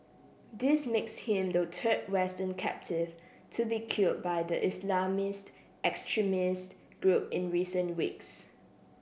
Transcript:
this makes him the third Western captive to be killed by the Islamist extremist group in recent weeks